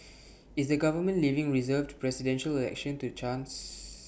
is the government leaving reserved Presidential Election to chance